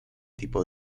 tipo